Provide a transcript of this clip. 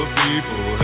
people